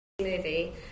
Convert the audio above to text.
movie